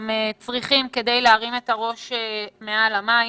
שהם צריכים כדי להרים את הראש מעל המים.